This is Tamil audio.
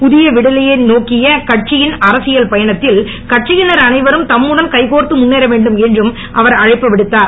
புதிய விடியலை நோக்கிய கட்டியின் அரசியல் பயணத்தில் கட்சியினர் அனைவரும் தம்முடன் கைகோர்த்து முன்னேற வேண்டும் என்றும் அவர் அழைப்பு விடுத்தார்